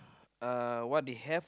uh what they have